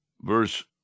verse